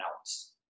else